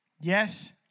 Yes